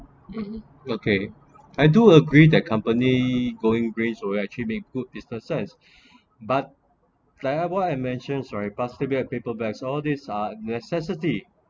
okay I do agree that company going green will actually make good business sense but like what I mentioned right plastic bags paper bags all these are necessity